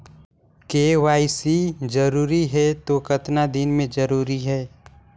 KYC जरूरी हे तो कतना दिन मे जरूरी है?